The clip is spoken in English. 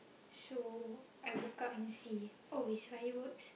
so I woke up and see oh it's fireworks